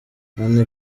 anne